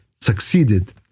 succeeded